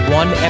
one